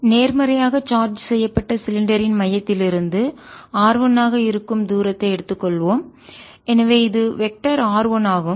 EE1E2 நேர்மறையாக charge செய்யப்பட்ட சிலிண்டரின் மையத்திலிருந்து R 1 ஆக இருக்கும் தூரத்தை எடுத்துக்கொள்வோம் எனவே இது வெக்டர் R1 ஆகும்